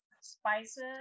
spices